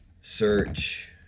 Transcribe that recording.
Search